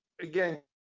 Again